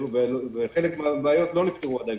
וחלק מהבעיות לא נפתרו עדיין,